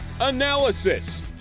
analysis